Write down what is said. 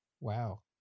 wow